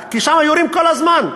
כי שם יורים כל הזמן.